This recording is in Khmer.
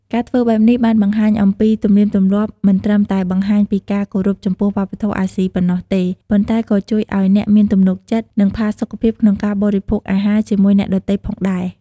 ការធ្វើបែបនេះបានបង្ហាញអំពីទំនៀមទម្លាប់ មិនត្រឹមតែបង្ហាញពីការគោរពចំពោះវប្បធម៌អាស៊ីប៉ុណ្ណោះទេ ប៉ុន្តែក៏ជួយឱ្យអ្នកមានទំនុកចិត្ត និងផាសុកភាពក្នុងការបរិភោគអាហារជាមួយអ្នកដទៃផងដែរ។